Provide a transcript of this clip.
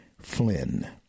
Flynn